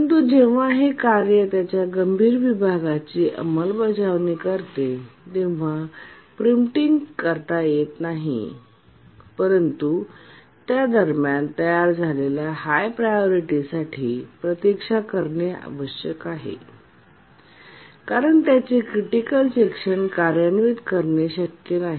परंतु जेव्हा हे कार्य त्याच्या गंभीर विभागाची अंमलबजावणी करते तेव्हा प्रीमटींग करता येत नाही परंतु त्यादरम्यान तयार झालेल्या हाय प्रायोरिटीसाठी प्रतीक्षा करणे आवश्यक आहे कारण त्याचे क्रिटिकल सेक्शन कार्यान्वित करणे शक्य नाही